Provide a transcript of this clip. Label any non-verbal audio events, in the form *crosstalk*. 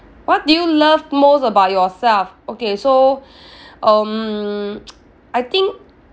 what do you love most about yourself okay so um *noise* I think